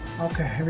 ok